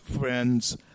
friends